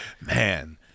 Man